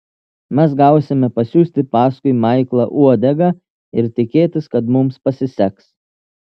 mes gausime pasiųsti paskui maiklą uodegą ir tikėtis kad mums pasiseks